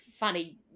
funny